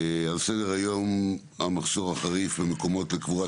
על סדר היום המחסור החריף במקומות לקבורת